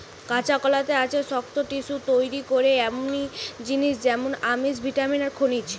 কাঁচকলাতে আছে শক্ত টিস্যু তইরি করে এমনি জিনিস যেমন আমিষ, ভিটামিন আর খনিজ